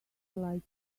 like